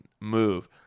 move